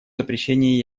запрещении